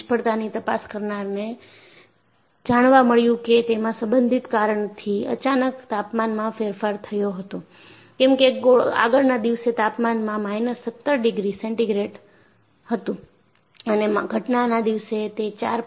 નિષ્ફળતાની તપાસ કરનારને જાણવા મળ્યું કેતેમાં સંભવિત કારણથી અચાનક તાપમાનમાં ફેરફાર થયો હતો કેમ કે આગળના દિવસે તાપમાન માઈનસ 17 ડિગ્રી સેન્ટિગ્રેડ હતું અને ઘટનાના દિવસે તે 4